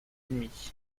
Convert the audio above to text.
ennemies